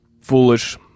Foolish